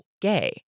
gay